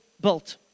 built